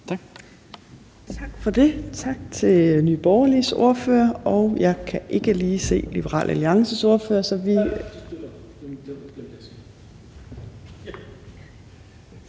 (Trine Torp): Tak til Nye Borgerliges ordfører. Jeg kan ikke lige se Liberal Alliances ordfører … hr.